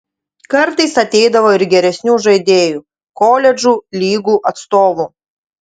kartais ateidavo ir geresnių žaidėjų koledžų lygų atstovų